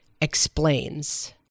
Explains